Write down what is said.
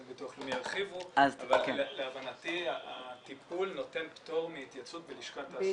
לביטוח לאומי ירחיבו אבל להבנתי הטיפול נותן פטור מהתייצבות בלשכת תעסוקה.